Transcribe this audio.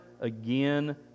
again